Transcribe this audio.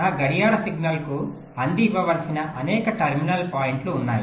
నా గడియార సిగ్నల్కు అంది ఇవ్వవలసిన అనేక టెర్మినల్ పాయింట్లు ఉన్నాయి